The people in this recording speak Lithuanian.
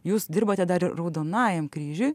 jūs dirbate dar ir raudonajam kryžiuj